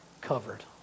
covered